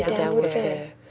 downward fare,